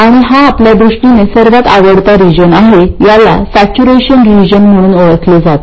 आणि हा आपल्या दृष्टीने सर्वात आवडता रिजन आहे याला सेचूरेशन रिजन म्हणून ओळखले जाते